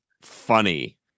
funny